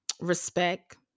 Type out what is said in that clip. respect